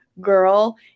girl